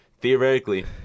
Theoretically